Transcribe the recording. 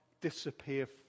disappear